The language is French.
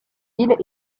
îles